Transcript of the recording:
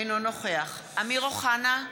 אינו נוכח אמיר אוחנה,